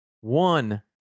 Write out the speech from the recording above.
One